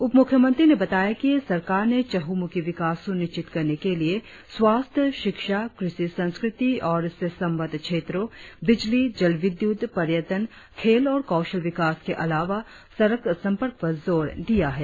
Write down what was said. उपमुख्यमंत्री ने बताया कि सरकार ने चहुमुखी विकास सुनिश्चित करने के लिए स्वास्थ्य शिक्षा कृषि संस्कृति और उससे संबद्ध क्षेत्रों बिजली जल विद्युत पर्यटन खेल और कौशल विकास के अलावा सड़क संपर्क पर जोर दिया है